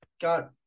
got